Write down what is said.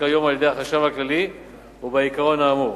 כיום על-ידי החשב הכללי ובעיקרון האמור.